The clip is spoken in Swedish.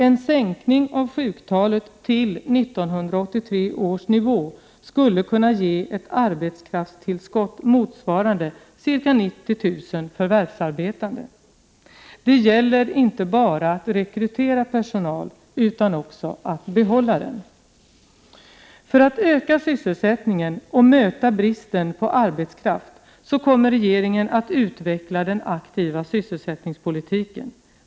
En sänkning av sjuktalet till 1983 års nivå skulle kunna ge ett arbetskraftstillskott motsvarande ca 90 000 förvärvsarbetande. Det gäller inte bara att rekrytera personal, utan också att behålla den. För att öka sysselsättningen och möta bristen på arbetskraft kommer regeringen att utveckla den aktiva sysselsättningspolitiken.